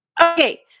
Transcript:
Okay